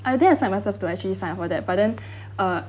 I think I stop myself to actually sign for that but then uh